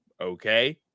okay